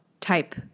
type